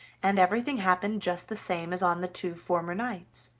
and everything happened just the same as on the two former nights.